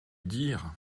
dire